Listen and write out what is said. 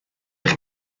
chi